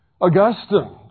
Augustine